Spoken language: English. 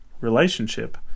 relationship